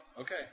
Okay